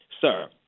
sir